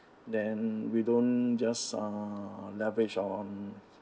then we don't just uh leverage on